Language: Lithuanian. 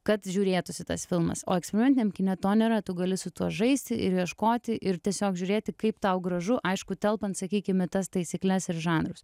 kad žiūrėtųsi tas filmas o ekperimentiniam kine to nėra tu gali su tuo žaisti ir ieškoti ir tiesiog žiūrėti kaip tau gražu aišku telpant sakykim tas taisykles ir žanrus